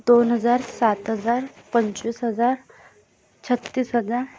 दोन हजार सात हजार पंचवीस हजार छत्तीस हजार